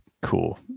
Cool